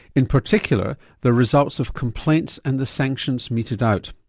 in particular the results of complaints and the sanctions meted out.